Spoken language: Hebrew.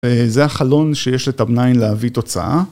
זה החלון שיש ל-tabnine להביא תוצאה.